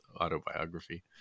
autobiography